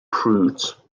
prudes